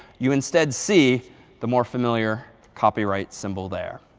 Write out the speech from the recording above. you instead see the more familiar copyright symbol there.